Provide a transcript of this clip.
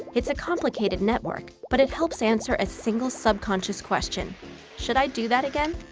it's a complicated network, but it helps answer a single, subconscious question should i do that again?